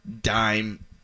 dime